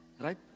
Right